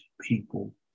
people